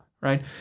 right